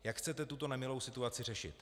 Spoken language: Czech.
Jak chcete tuto nemilou situaci řešit?